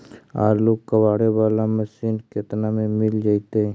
आलू कबाड़े बाला मशीन केतना में मिल जइतै?